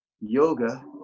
yoga